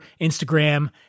Instagram